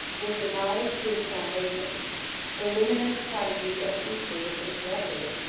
was demolished to its foundations the luminous prodigy of easter was interrupted,